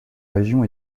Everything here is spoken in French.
région